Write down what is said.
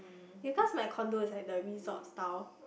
because my condo is like the resort style